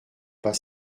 pas